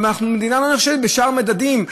אבל אנחנו מדינה לא נחשלת בשאר המדדים,